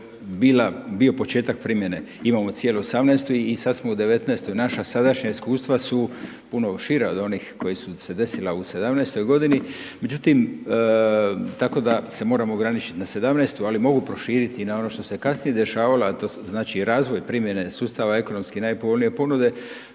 bio početak primjene, imamo cijelu '18. i sad smo u '19. Naša sadašnja iskustva su puno šira od onih koji su se desila u '17. godini. Međutim, tako da se moramo ograničit na '17., ali mogu proširiti i na ono što se kasnije dešavalo, a to znači razvoj primjene sustava ekonomski najpovoljnije ponude